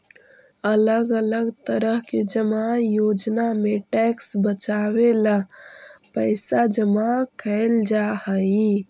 अलग अलग तरह के जमा योजना में टैक्स बचावे ला पैसा जमा कैल जा हई